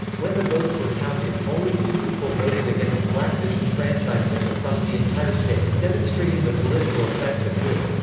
when the votes were counted, only two people voted against black disenfranchisement across the entire state, demonstrating the political effect the coup.